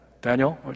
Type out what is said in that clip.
Daniel